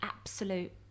absolute